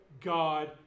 God